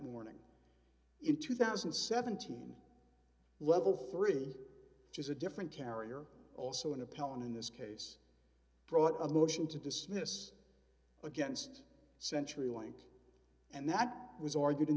morning in two thousand and seventeen level three which is a different carrier also an appellant in this case brought a motion to dismiss against century link and that was argued in